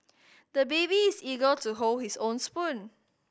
the baby is eager to hold his own spoon